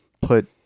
put